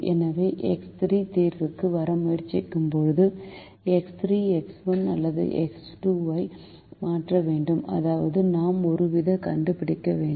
எனவே எக்ஸ் 3 தீர்வுக்கு வர முயற்சிக்கும்போது எக்ஸ் 3 எக்ஸ் 1 அல்லது எக்ஸ் 2 ஐ மாற்ற வேண்டும் அதாவது நாம் ஒரு விகிதத்தைக் கண்டுபிடிக்க வேண்டும்